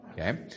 Okay